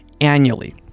annually